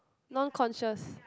non conscious